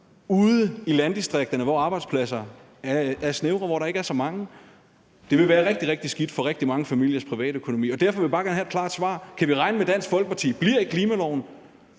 ude i landdistrikterne, hvor der ikke er så mange arbejdspladser. Det vil være rigtig, rigtig skidt for rigtig mange familiers privatøkonomi, og derfor vil jeg bare gerne have et klart svar: Kan vi regne med, at Dansk Folkeparti bliver i klimaloven